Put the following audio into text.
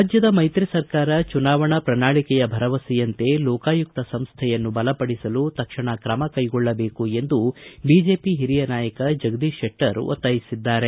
ರಾಜ್ಯದ ಮೈತ್ರಿ ಸರ್ಕಾರ ಚುನಾವಣಾ ಪ್ರಣಾಳಿಕೆಯ ಭರವಸೆಯಂತೆ ಲೋಕಾಯುಕ್ತ ಸಂಸ್ಥೆಯನ್ನು ಬಲಪಡಿಸಲು ತಕ್ಷಣ ಕ್ರಮ ಕೈಗೊಳ್ಳಬೇಕೆಂದು ಬಿಜೆಪಿ ಹಿರಿಯ ನಾಯಕ ಜಗದೀಶ್ಶೆಟ್ಟರ್ ಒತ್ತಾಯಿಸಿದ್ದಾರೆ